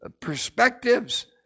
perspectives